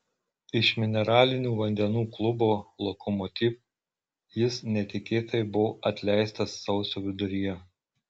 iš mineralinių vandenų klubo lokomotiv jis netikėtai buvo atleistas sausio viduryje